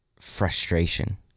frustration